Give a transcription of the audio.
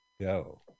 go